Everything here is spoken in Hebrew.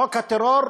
חוק הטרור,